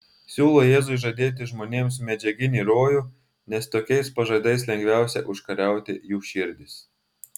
siūlo jėzui žadėti žmonėms medžiaginį rojų nes tokiais pažadais lengviausia užkariauti jų širdis